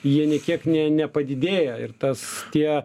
jie nė kiek nė nepadidėja ir tas tie